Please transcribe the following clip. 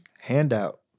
Handout